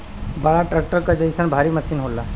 बड़ा ट्रक्टर क जइसन भारी मसीन होला